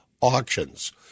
auctions